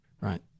Right